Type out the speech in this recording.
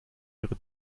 ihre